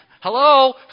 Hello